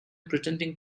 pretending